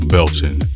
Belton